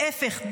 להפך,